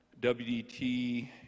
WDT